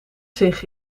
zich